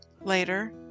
Later